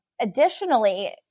additionally